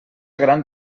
gran